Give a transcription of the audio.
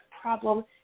problem